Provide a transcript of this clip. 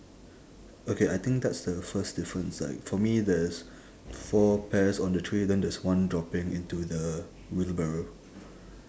okay I think that's the first difference like for me there's four pears on the tree then there's one dropping into the wheelbarrow